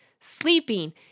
Sleeping